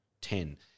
Ten